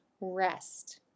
rest